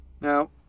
Now